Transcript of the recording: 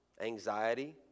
anxiety